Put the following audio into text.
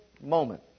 moment